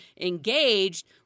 engaged